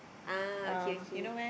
ah okay okay